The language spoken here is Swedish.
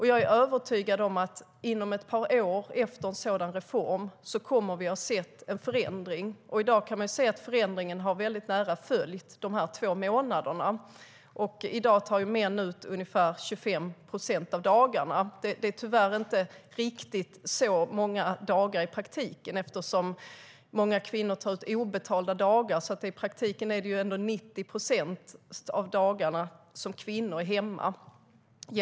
Jag är övertygad om att inom ett par år efter en sådan reform kommer vi att ha sett en förändring. I dag kan man se att förändringen väldigt nära har följt de två månaderna. I dag tar män ut ungefär 25 procent av dagarna. Det är tyvärr inte riktigt så många dagar i praktiken eftersom många kvinnor tar ut obetalda dagar. I praktiken är det 90 procent av dagarna som kvinnor är hemma.